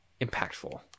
impactful